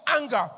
anger